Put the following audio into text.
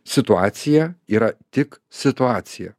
situacija yra tik situacija